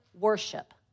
worship